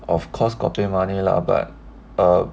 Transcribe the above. of course got pay money lah but err